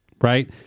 Right